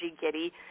giddy